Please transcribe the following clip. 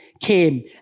came